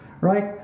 Right